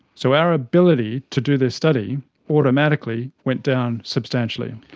so our ability to do this study automatically went down substantially.